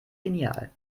genial